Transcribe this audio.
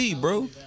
bro